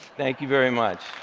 thank you very much.